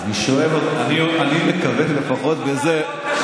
אני מקווה, לפחות בזה,